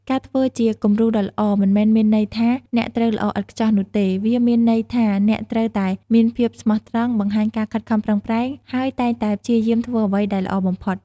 ការធ្វើជាគំរូដ៏ល្អមិនមែនមានន័យថាអ្នកត្រូវល្អឥតខ្ចោះនោះទេ វាមានន័យថាអ្នកត្រូវតែមានភាពស្មោះត្រង់ បង្ហាញការខិតខំប្រឹងប្រែង ហើយតែងតែព្យាយាមធ្វើអ្វីដែលល្អបំផុត។